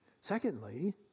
Secondly